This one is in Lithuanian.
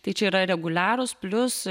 tai čia yra reguliarūs plius